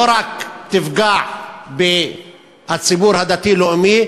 תפגע לא רק בציבור הדתי-לאומי,